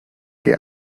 que